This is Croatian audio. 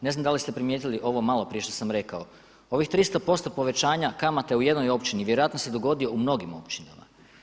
Ne znam da li ste primijetili ovo maloprije što sam rekao, ovih 300% povećanja kamate u jednoj općini, vjerojatno se dogodio u mnogim općinama.